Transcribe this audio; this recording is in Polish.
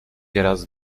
razy